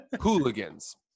hooligans